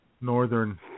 northern